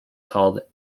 called